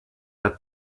att